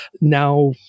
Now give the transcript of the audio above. Now